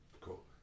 Cool